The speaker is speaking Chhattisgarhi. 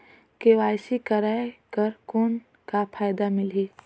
के.वाई.सी कराय कर कौन का फायदा मिलही?